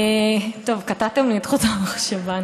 טוב, קטעתם לי את חוט המחשבה.